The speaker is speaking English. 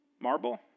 Marble